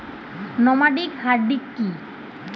Nomadic hardy কি?